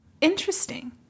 interesting